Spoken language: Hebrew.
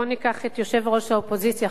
בוא ניקח את יושב-ראש האופוזיציה,